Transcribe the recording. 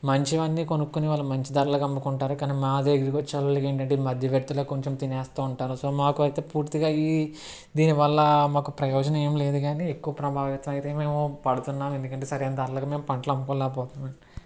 మంచివన్నీ కొనుక్కునే వాళ్ళు మంచి ధరలకు అమ్ముకుంటారు కానీ మా దగ్గరికి వచేవాళ్ళు ఏంటి అంటే మధ్య వ్యక్తులు కొంచెం తినేస్తూ ఉంటారు సో మాకైతే ఇది పూర్తిగా ఈ దీనివల్ల మాకు ప్రయోజనం ఏదీ లేదు కానీ ఎక్కువ ప్రభావితమైతే మేము పడుతున్నాం ఎందుకంటే సరైన ధరలకి మేము పంటలు అమ్ముకోలేకపోతున్నాం